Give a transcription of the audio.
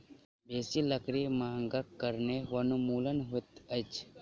बेसी लकड़ी मांगक कारणें वनोन्मूलन होइत अछि